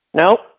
No